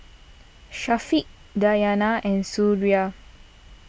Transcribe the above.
Syafiq Diyana and Suraya